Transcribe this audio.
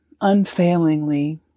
unfailingly